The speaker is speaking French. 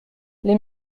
les